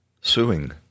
suing